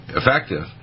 effective